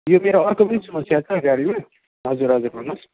यो मेरो अर्को पनि समस्या छ गाडीमा हजुर हजुर भन्नुहोस्